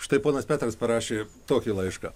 štai ponas petras parašė tokį laišką